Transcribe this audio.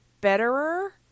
betterer